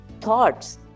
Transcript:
thoughts